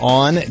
on